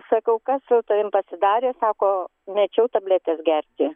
sakau kas su tavimi pasidarė sako mečiau tabletes gerti